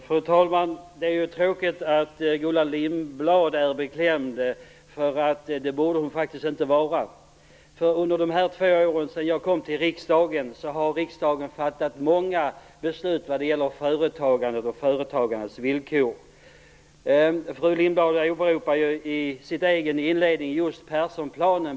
Fru talman! Det är tråkigt att Gullan Lindblad är beklämd. Det borde hon faktiskt inte vara. Under de två år som har gått sedan jag kom till riksdagen har riksdagen nämligen fattat många beslut vad gäller företagandet och företagandets villkor. Fru Lindblad åberopar i sin egen inledning bl.a. Perssonplanen.